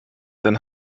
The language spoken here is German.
dann